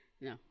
No